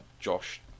Josh